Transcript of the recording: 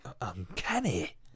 Uncanny